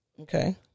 Okay